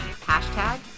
Hashtag